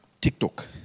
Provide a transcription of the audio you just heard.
TikTok